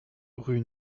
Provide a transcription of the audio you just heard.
rue